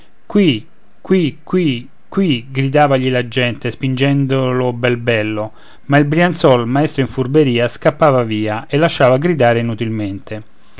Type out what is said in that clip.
qui qui qui qui gridavagli la gente spingendolo bel bello ma il brianzol maestro in furberia scappava via e lasciava gridare inutilmente